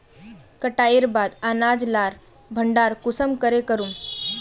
कटाईर बाद अनाज लार भण्डार कुंसम करे करूम?